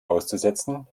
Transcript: auszusetzen